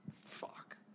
fuck